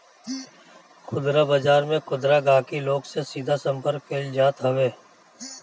खुदरा बाजार में खुदरा गहकी लोग से सीधा संपर्क कईल जात हवे